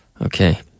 okay